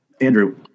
Andrew